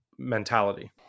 mentality